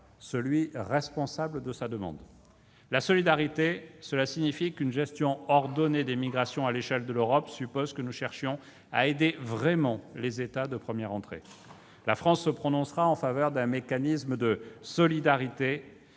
est responsable de sa demande. La solidarité, cela signifie qu'une gestion ordonnée des migrations à l'échelle de l'Europe suppose que nous cherchions à aider vraiment les États de première entrée. La France se prononcera en faveur d'un mécanisme de solidarité,